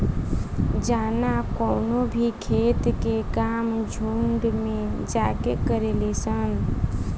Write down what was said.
जाना कवनो भी खेत के काम झुंड में जाके करेली सन